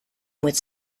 with